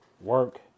work